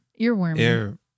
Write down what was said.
earworm